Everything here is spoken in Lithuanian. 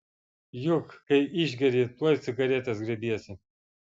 juk kai išgeri tuoj cigaretės griebiesi